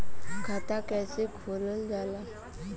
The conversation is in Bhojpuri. खाता कैसे खोलल जाला?